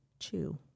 two